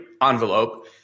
envelope